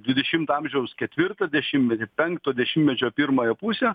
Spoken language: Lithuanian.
dvidešimto amžiaus ketvirtą dešimtmetį penkto dešimtmečio pirmąją pusę